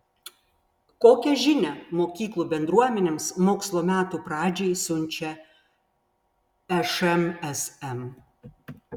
kokią žinią mokyklų bendruomenėms mokslo metų pradžiai siunčia šmsm